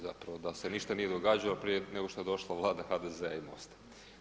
Zapravo da se ništa nije događalo prije nego što je došla Vlada HDZ-a i MOST-a.